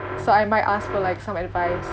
so I might ask for like some advice